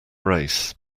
race